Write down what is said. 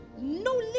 no